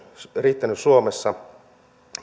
riittänyt suomessa